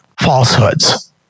falsehoods